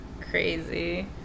Crazy